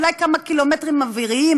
אולי כמה קילומטרים בקו אווירי,